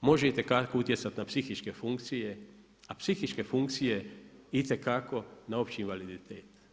može itekako utjecati na psihičke funkcije, a psihičke funkcije itekako na opći invaliditet.